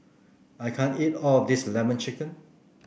I can't eat all of this lemon chicken